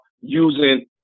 using